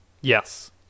Yes